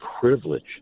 privilege